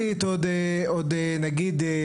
עוד נגיד,